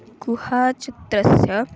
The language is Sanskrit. गुहाचित्रस्य